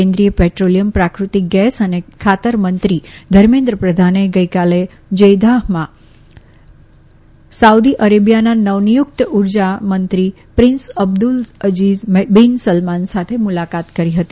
કેન્દ્રીય પેટ્રોલિયમ પ્રાકૃતિક ગેસ અને ખાતર મંત્રી ધર્મેન્દ્ર પ્રધાને ગઈકાલે જેદાહમાં સાઉદી અરેબિયાના નવનિયુક્ત ઉર્જા મંત્રી prince Abdul Aziz bin Salman સાથે મુલાકાત કરી હતી